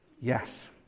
yes